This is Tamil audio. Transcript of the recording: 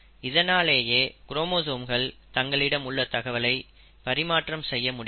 இதனாலேயே க்ரோமோசோம்கள் தங்களிடம் உள்ள தகவலை பரிமாற்றம் செய்ய முடிகிறது